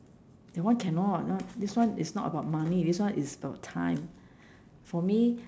that one cannot not this one is not about money this one is about time for me